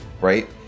Right